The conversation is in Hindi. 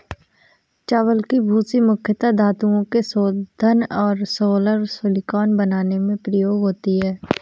चावल की भूसी मुख्यता धातुओं के शोधन और सोलर सिलिकॉन बनाने में प्रयोग होती है